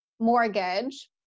mortgage